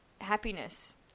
happiness